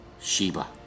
Sheba